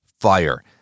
fire